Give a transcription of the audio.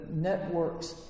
networks